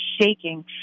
shaking